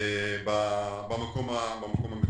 במקום המתואר.